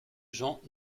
gens